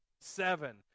Seven